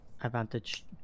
advantage